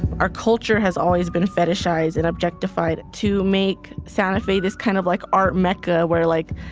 our culture has always been fetishized and objectified to make santa fe this kind of, like, art mecca where, like,